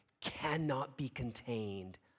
cannot-be-contained